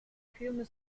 film